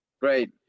Great